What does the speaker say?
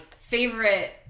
favorite